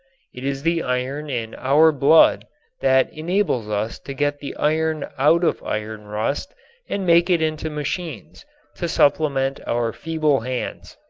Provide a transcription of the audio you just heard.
it is the iron in our blood that enables us to get the iron out of iron rust and make it into machines to supplement our feeble hands.